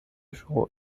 show